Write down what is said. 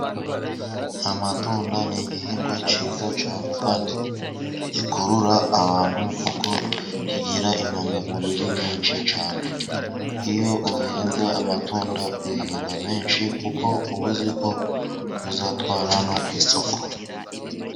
Amatunda ni igihingwa cyiza cyane kandi gikurura abantu kuko kigira intungamubiri nyinshi cyane. Iyo uhinze amatunda, uhinga menshi kuko uba uziko uzatwara no ku isoko.